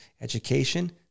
education